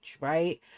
right